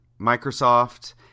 Microsoft